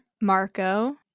Marco